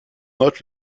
note